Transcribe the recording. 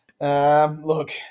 Look